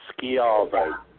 Schiavo